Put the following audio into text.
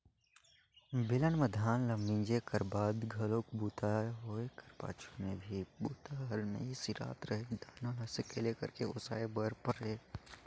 बेलन म धान ल मिंजे कर बाद घलोक बूता होए कर पाछू में भी बूता हर नइ सिरात रहें दाना ल सकेला करके ओसाय बर परय